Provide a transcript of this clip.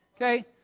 Okay